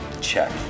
check